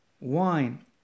wine